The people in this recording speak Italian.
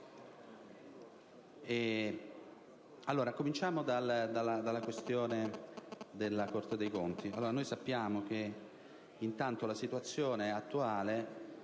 Cominciamo dalla questione della Corte dei conti.